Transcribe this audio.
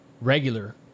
regular